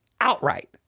outright